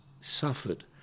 suffered